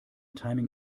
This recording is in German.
timing